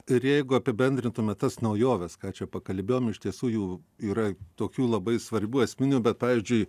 ir jeigu apibendrintume tas naujoves ką čia pakalbėjom iš tiesų jų yra tokių labai svarbių esminių bet pavyzdžiui